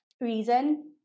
reason